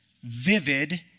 vivid